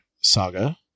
saga